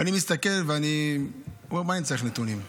ואני מסתכל ואני אומר: מה אני צריך נתונים?